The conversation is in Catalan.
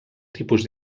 tipus